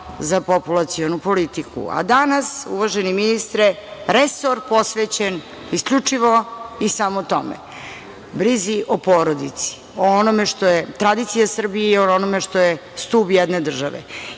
za populacionu politiku. Danas, uvaženi ministre, resor posvećen isključivo i samo tome, brizi o porodici, o onome što je tradicija Srbije i o onome što je stub jedne države.